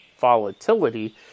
volatility